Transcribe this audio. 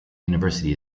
university